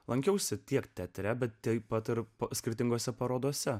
lankiausi tiek teatre bet taip pat ir skirtingose parodose